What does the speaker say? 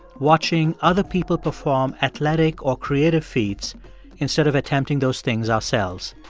watching other people perform athletic or creative feats instead of attempting those things ourselves.